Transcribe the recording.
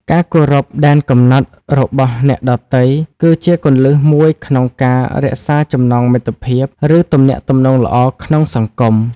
ការគោរពដែនកំណត់របស់អ្នកដទៃ គឺជាគន្លឹះមួយក្នុងការរក្សាចំណងមិត្តភាព ឬទំនាក់ទំនងល្អក្នុងសង្គម។